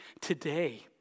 today